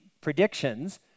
predictions